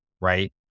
Right